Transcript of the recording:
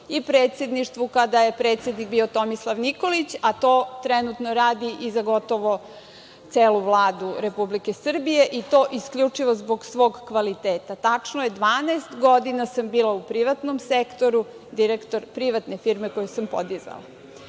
i predsedništvu kada je predsednik bio Tomislav Nikolić, a to trenutno radi i za gotovo celu Vladu Republike Srbije i to isključivo zbog svog kvaliteta. Tačno je, 12 godina sam bila u privatnom sektoru direktor privatne firme koju sam podizala. Ostalo